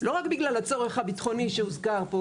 לא רק בגלל הצורך הביטחוני שהוזכר פה